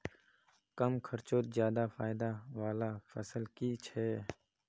कम खर्चोत ज्यादा फायदा वाला फसल की छे?